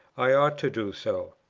i ought to do so.